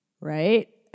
Right